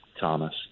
thomas